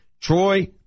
Troy